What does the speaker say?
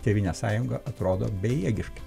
tėvynės sąjunga atrodo bejėgiškai